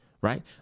right